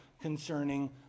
concerning